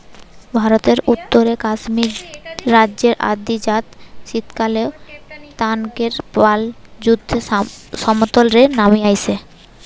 ভারতের উত্তরে কাশ্মীর রাজ্যের গাদ্দি জাত শীতকালএ তানকের পাল সুদ্ধ সমতল রে নামি আইসে